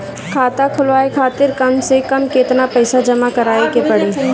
खाता खुलवाये खातिर कम से कम केतना पईसा जमा काराये के पड़ी?